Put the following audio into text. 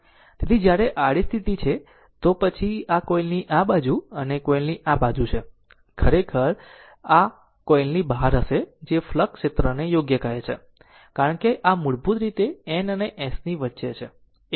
તેથી જ્યારે તે આડી સ્થિતિ છે તો પછી આ કોઇલની આ બાજુ અને કોઇલની આ બાજુ છે આ ખરેખર તે કોલની બહારની હશે જે ફ્લક્સ ક્ષેત્રને યોગ્ય કહે છે કારણ કે આ મૂળભૂત રીતે N અને S વચ્ચે છે